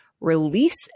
release